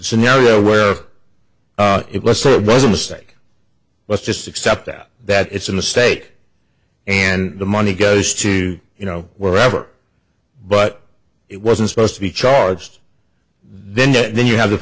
scenario where it let's say it was a mistake let's just accept out that it's a mistake and the money goes to you know wherever but it wasn't supposed to be charged then then you have th